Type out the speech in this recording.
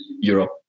Europe